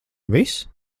viss